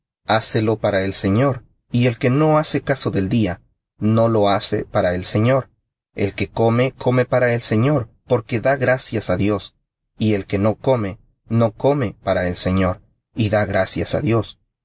háce para el señor y el que no hace caso del día no lo hace para el señor el que come come para el señor porque da gracias á dios y el que no come no come para el señor y da gracias á dios